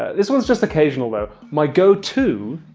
this one's just occasional though. my go to